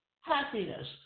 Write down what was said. happiness